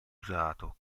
usato